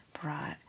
brought